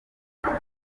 uriya